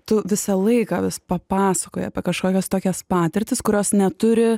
tu visą laiką vis papasakoji apie kažkokias tokias patirtis kurios neturi